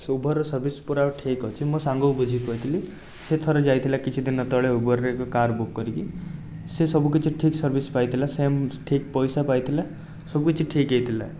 ସେ Uber service ପୂରା ଠିକ୍ଅଛି ମୋ ସାଙ୍ଗକୁ ବୁଝିକି କହିଥିଲି ସିଏ ଥରେ ଯାଇଥିଲା କିଛିଦିନ ତଳେ ଉବେରରେ ଏକ କାର୍ ବୁକ୍ କରିକି ସିଏ ସବୁ କିଛି ଠିକ୍ ସର୍ଭିସ୍ ପାଇଥିଲା ସେମ୍ ଠିକ୍ ପଇସା ପାଇଥିଲା ସବୁକିଛି ଠିକ୍ ହେଇଥିଲା